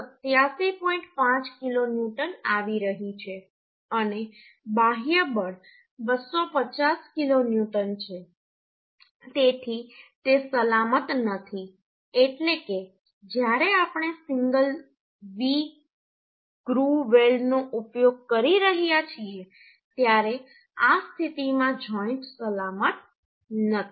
5 kilonewton આવી રહી છે અને બાહ્ય બળ 250 કિલોન્યુટન છે તેથી તે સલામત નથી એટલે કે જ્યારે આપણે સિંગલ V ગ્રુવ વેલ્ડનો ઉપયોગ કરી રહ્યા છીએ ત્યારે આ સ્થિતિમાં જોઈન્ટ સલામત નથી